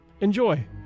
Enjoy